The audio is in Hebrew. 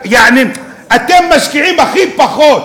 אתם משקיעים הכי פחות